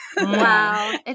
Wow